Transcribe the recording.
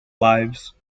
lives